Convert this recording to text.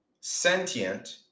Sentient